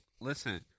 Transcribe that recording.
Listen